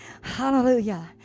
Hallelujah